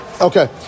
Okay